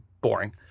boring